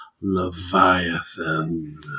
Leviathan